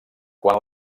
quan